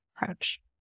approach